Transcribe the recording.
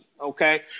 Okay